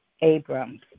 Abrams